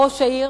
ראש העיר,